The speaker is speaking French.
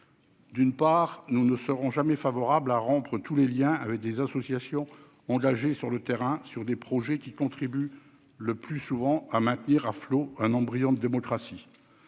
D'une part, nous ne serons jamais favorables à la rupture de tout lien avec des associations engagées sur le terrain, sur des projets qui contribuent le plus souvent à maintenir à flot un embryon de démocratie.